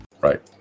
Right